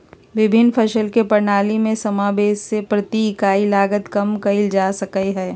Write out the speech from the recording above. विभिन्न फसल के प्रणाली में समावेष से प्रति इकाई लागत कम कइल जा सकय हइ